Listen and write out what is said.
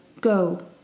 go